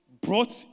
brought